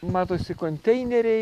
matosi konteineriai